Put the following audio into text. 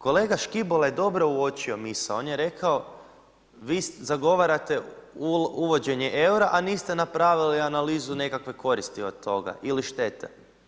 Kolega Škibola je dobro uočio misao, on je rekao vi zagovarate uvođenje eura, a niste napravili analizu nekakve koristi od toga ili štete.